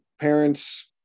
parents